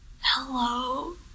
hello